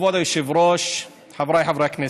כבוד היושב-ראש, חבריי חברי הכנסת,